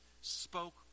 spoke